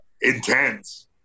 intense